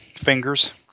Fingers